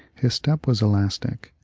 his step was elastic,